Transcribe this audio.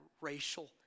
racial